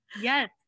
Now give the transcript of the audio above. Yes